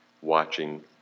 watching